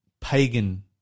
pagan